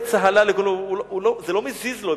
זה לא מזיז לו.